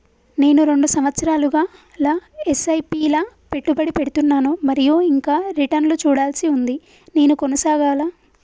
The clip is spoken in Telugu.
నేను రెండు సంవత్సరాలుగా ల ఎస్.ఐ.పి లా పెట్టుబడి పెడుతున్నాను మరియు ఇంకా రిటర్న్ లు చూడాల్సి ఉంది నేను కొనసాగాలా?